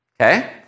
Okay